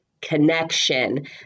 connection